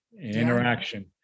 Interaction